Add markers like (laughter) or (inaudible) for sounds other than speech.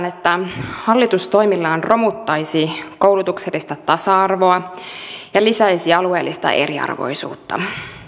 (unintelligible) että hallitus toimillaan romuttaisi koulutuksellista tasa arvoa ja lisäisi alueellista eriarvoisuutta